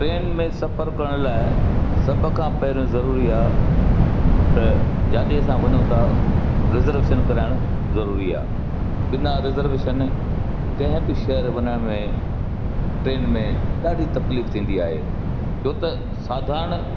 train में सफ़र करण लाइ सभु खां पहिरों ज़रूरी आहे त जिते असां वञूं था रिज़रवेशन कराइणु ज़रूरी आहे बिना रिज़रवेशन कंहिं बि शहर वञनि में ट्रेन में ॾाढी तकलीफ़ु थींदी आहे छो त साधारण